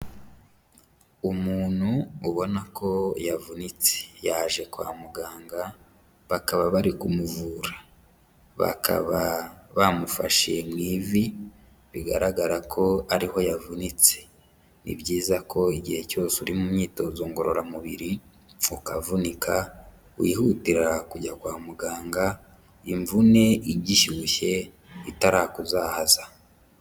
Umuntu ubona ko yavunitse yaje kwa muganga bakaba bari kumuvura, bakaba bamufashe mu ivi bigaragara ko ariho yavunitse, ni byiza ko igihe cyose uri mu myitozo ngororamubiri ukavunika, wihutira kujya kwa muganga imvune igishyushye itarakuzahaza.